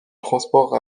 transport